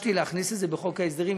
ביקשתי להכניס את זה לחוק ההסדרים.